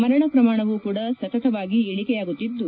ಮರಣ ಪ್ರಮಾಣವೂ ಕೂಡ ಸತತವಾಗಿ ಇಳಕೆಯಾಗುತ್ತಿದ್ದು